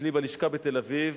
ואצלי בלשכה בתל-אביב,